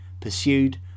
pursued